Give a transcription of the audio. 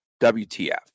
WTF